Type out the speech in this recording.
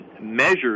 Measures